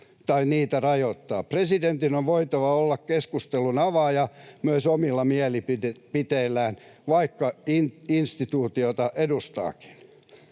tai niitä rajoittaa. Presidentin on voitava olla keskustelun avaaja myös omilla mielipiteillään, vaikka instituutiota edustaakin.